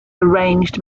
arranged